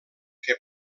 que